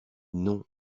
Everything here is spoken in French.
non